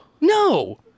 No